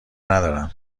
ندارم